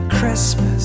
Christmas